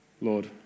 Lord